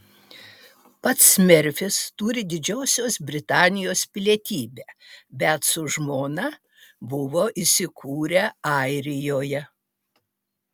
pats merfis turi didžiosios britanijos pilietybę bet su žmona buvo įsikūrę airijoje